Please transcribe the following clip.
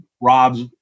Rob's